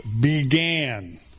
began